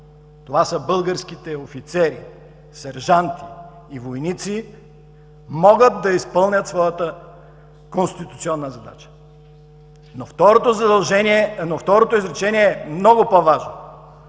това са българските офицери, сержанти и войници, могат да изпълнят своята конституционна задача. Но второто изречение е много по-важно: